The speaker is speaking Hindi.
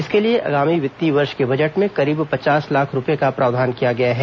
इसके लिए आगामी वित्तीय वर्ष के बजट में करीब पचास लाख रूपये का प्रावधान किया गया है